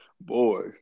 boy